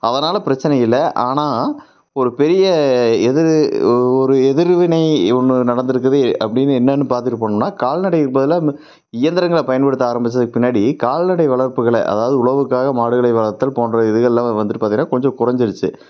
அதனால் பிரச்சனை இல்லை ஆனால் ஒரு பெரிய எது ஒரு எதிர்வினை ஒன்று நடந்திருக்குது அப்படின்னு என்னன்னு பார்த்துட்டு போனோம்னா கால்நடைக்கு பதிலாக இயந்திரங்களை பயன்படுத்த ஆரம்பித்ததுக்கு பின்னாடி கால்நடை வளர்ப்புகளை அதாவது உழவுக்காக மாடுகளை வளர்த்தல் போன்ற இதுகளில் வந்துவிட்டு பார்த்திங்கன்னா கொஞ்சம் கொறைஞ்சிருச்சி